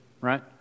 right